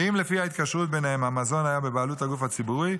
ואם לפי ההתקשרות ביניהם המזון היה בבעלות הגוף הציבורי,